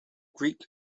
greek